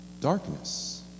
darkness